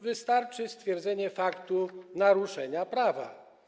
Wystarczy stwierdzenie faktu naruszenia prawa.